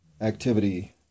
activity